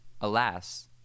Alas